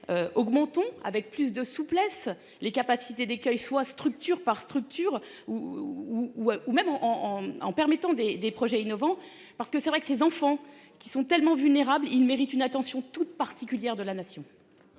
Augmentons avec plus de souplesse. Les capacités d'écueils soit structure par structure ou. Ou même en, en, en permettant des des projets innovants parce que c'est vrai que ces enfants qui sont tellement vulnérables. Ils méritent une attention toute particulière de la nation.